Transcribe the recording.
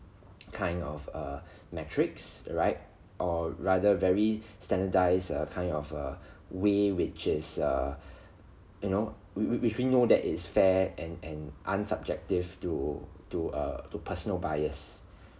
kind of uh matrix right or rather very standardized uh kind of a way which is uh you know we we we know that it's fair and and unsubjective to to uh to personal bias